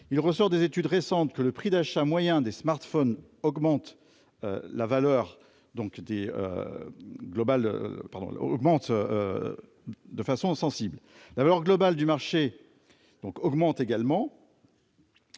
il ressort des études récentes que le prix d'achat moyen des smartphones augmente de façon sensible : la valeur globale du marché augmente elle